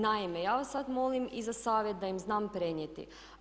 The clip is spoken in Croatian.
Naime, ja vas sad molim i za savjet da im znam prenijeti.